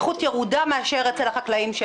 עד שלא נטפל בחקלאות.